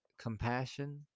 compassion